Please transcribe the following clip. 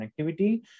connectivity